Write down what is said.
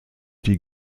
die